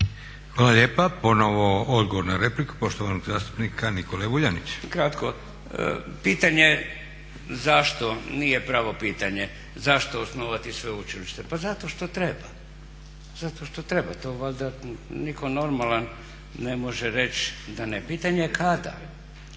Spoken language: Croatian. Hvala lijepo. Ponovo odgovor na repliku poštovanog zastupnika Nikole Vuljanića. **Vuljanić, Nikola (Nezavisni)** Kratko, pitanje zašto nije pravo pitanje, zašto osnovati sveučilište. Pa zato što treba, zato što treba. To valjda nitko normalan ne može reći da ne. Pitanje je kada.